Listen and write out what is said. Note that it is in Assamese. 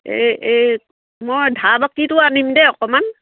এই এই মই ধাৰ বাকীটো আনিম দেই অকণমান